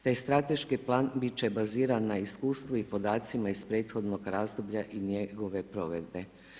Taj strateški plan biti će baziran na iskustvu i podacima iz prethodnog razdoblja i njegove provedbe.